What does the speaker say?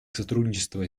сотрудничество